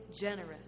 generous